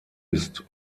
ist